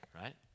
Right